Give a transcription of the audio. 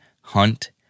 hunt